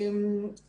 (שקף: מינויים זמניים).